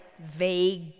vague